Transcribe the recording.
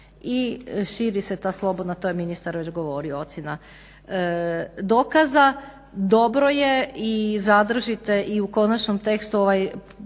i širi se ta slobodna, to je ministar već govorio, ocjena dokaza. Dobro je i zadržite u konačnom tekstu ovaj